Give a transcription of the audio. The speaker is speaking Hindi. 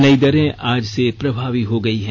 नई दरें आज से प्रभावी हो गई हैं